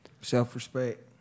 Self-respect